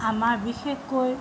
আমাৰ বিশেষকৈ